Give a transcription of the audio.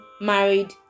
married